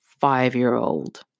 five-year-old